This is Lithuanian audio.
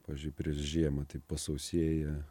pavyzdžiui prieš žiemą tai pasausėja